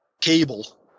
cable